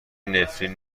نفرین